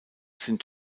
sind